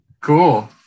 Cool